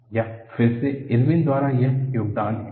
यह फिर से इरविन द्वारा एक योगदान है